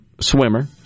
swimmer